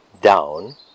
down